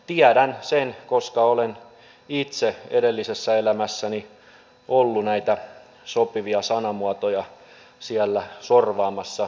tiedän sen koska olen itse edellisessä elämässäni ollut näitä sopivia sanamuotoja siellä sorvaamassa